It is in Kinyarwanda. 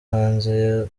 hanze